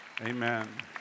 Amen